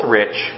rich